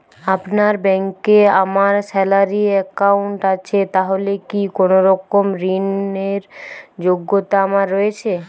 আপনার ব্যাংকে আমার স্যালারি অ্যাকাউন্ট আছে তাহলে কি কোনরকম ঋণ র যোগ্যতা আমার রয়েছে?